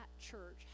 church